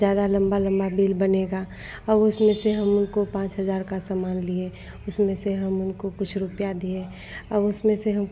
ज़्यादा लम्बा लम्बा बिल बनेगा और उसमें से हमलोग को पाँच हज़ार का सामान लिए उसमें से हम उनको कुछ रुपया दिए अब उसमें से हम